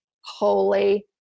holy